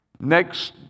Next